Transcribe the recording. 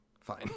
fine